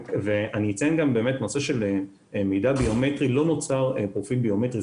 בנושא של מידע ביומטרי לא נוצר פרופיל ביומטרי.